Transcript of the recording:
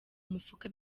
mufuka